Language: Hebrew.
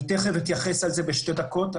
אני תכף אתייחס לזה בשתי דקות.